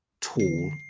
tall